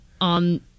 on